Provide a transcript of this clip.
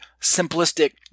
simplistic